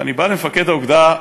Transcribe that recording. ואני בא למפקד האוגדה,